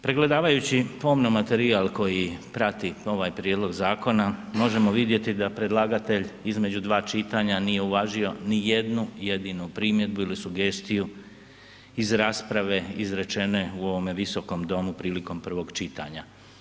Pregledavajući pomno materijal koji prati ovaj prijedlog zakona možemo vidjeti da predlagatelj između dva čitanja nije uvažio ni jednu jedinu primjedbu ili sugestiju iz rasprave izrečene u ovome visokom domu prilikom prvog čitanja.